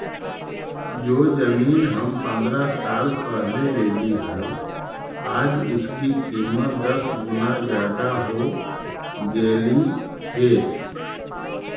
जो जमीन हम पंद्रह साल पहले लेली हल, आज उसकी कीमत दस गुना जादा हो गेलई हे